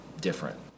different